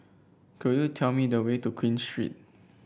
could you tell me the way to Queen Street